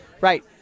right